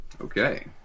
Okay